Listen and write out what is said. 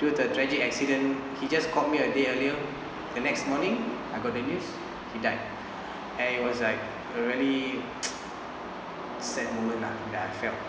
to the tragic accident he just called me a day earlier and next morning I got the news he died and it was like a really sad moment lah that I felt